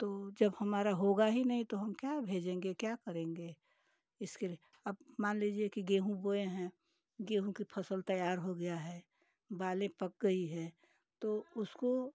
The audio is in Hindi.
तो जब हमारा होगा ही नहीं तो हम क्या भेजेंगे क्या करेंगे इसके लिए अप मान लीजिए कि गेहूँ बोए हैं गेहूँ की फ़स्ल तैयार हो गया है बालें पक गई हैं तो उसको